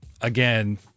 again